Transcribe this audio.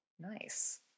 Nice